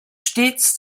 stets